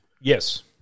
Yes